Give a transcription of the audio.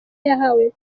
yahawe